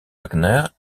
wagner